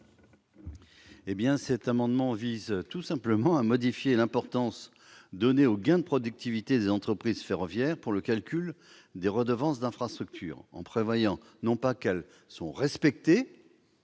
? Cet amendement vise tout simplement à modifier l'importance donnée aux gains de productivité des entreprises ferroviaires pour le calcul des redevances d'infrastructure. Il ne s'agirait plus de « respecter